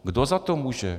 Kdo za to může?